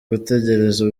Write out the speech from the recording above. gutegereza